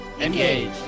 Engage